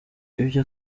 ibyo